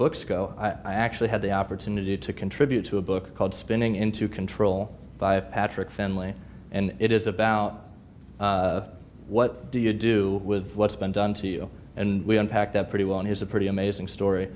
books go i actually had the opportunity to contribute to a book called spinning into control by patrick finley and it is about what do you do with what's been done to you and we unpack that pretty well and he's a pretty amazing